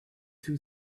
too